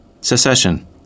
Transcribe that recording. Secession